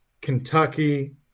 Kentucky